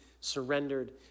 surrendered